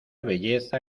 belleza